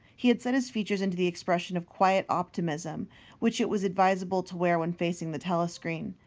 he had set his features into the expression of quiet optimism which it was advisable to wear when facing the telescreen.